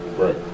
right